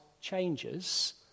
changes